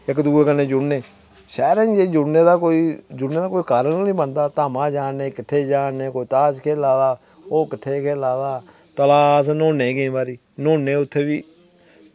इक्क दूए कन्नै जुड़ने शैह्रें च जुड़ने दा कोई जियां कोई कारण गै निं बनदा जियां कोई धामां जा ने उत्थें जा ने कोई ताश खेल्ला करदा ओह् किट्ठे खेल्ला दा तलाऽ च न्हौने केईं बारी किट्ठे न्हौने केईं बारी